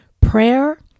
Prayer